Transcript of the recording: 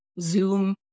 Zoom